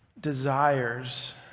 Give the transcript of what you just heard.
desires